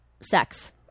sex